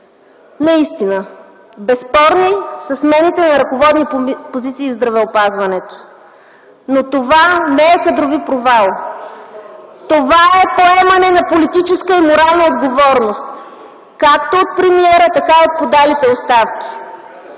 Наистина, безспорни са смените на ръководни позиции в здравеопазването, но това не е кадрови провал. (Реплики от КБ.) Това е поемане на политическа и морална отговорност както от премиера, така и от подалите оставки.